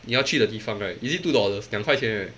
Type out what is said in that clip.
你要去的地方 right is it two dollars 两块钱 right